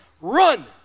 run